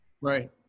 right